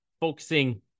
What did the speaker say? focusing